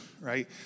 right